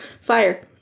Fire